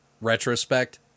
retrospect